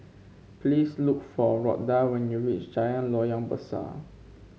please look for Rhoda when you reach Jalan Loyang Besar